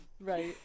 Right